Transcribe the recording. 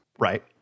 Right